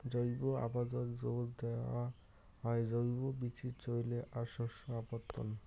জৈব আবাদত জোর দ্যাওয়া হয় জৈব বীচির চইলে আর শস্য আবর্তন